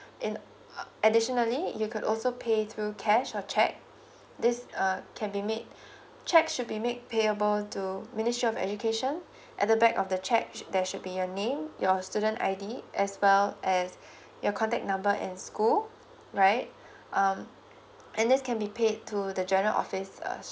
and uh additionally you can also pay through cash or check this um can be made check should be make payable to ministry of education at the back of the check there should be your name your student I_D as well as your contact number and school right um and this can be paid to the general office uh